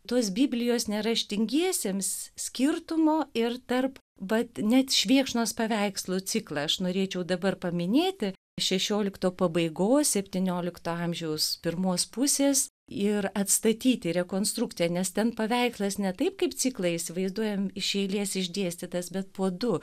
tos biblijos neraštingiesiems skirtumo ir tarp vat net švėkšnos paveikslų ciklą aš norėčiau dabar paminėti šešiolikto pabaigos septyniolikto amžiaus pirmos pusės ir atstatyti rekonstrukciją nes ten paveikslas ne taip kaip ciklai įsivaizduojam iš eilės išdėstytas bet po du